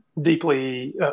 deeply